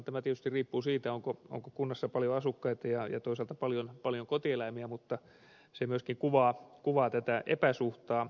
tämä tietysti riippuu siitä onko kunnassa paljon asukkaita ja toisaalta paljon kotieläimiä mutta se myöskin kuvaa tätä epäsuhtaa